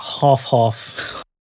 half-half